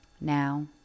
Now